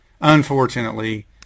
Unfortunately